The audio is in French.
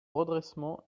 redressement